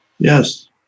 Yes